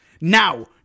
Now